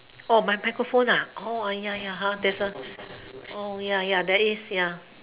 oh by microphone ah oh ya ya ah there's a oh ya ya there is ya